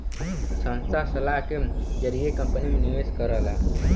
संस्था सलाह के जरिए कंपनी में निवेश करला